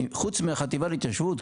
חוץ מהחטיבה להתיישבות,